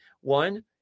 One